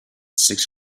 six